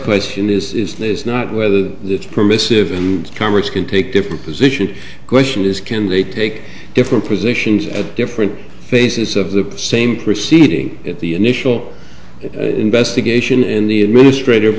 question is not whether it's permissive in congress can take different position question is can they take different positions at different phases of the same proceeding the initial investigation and the administrat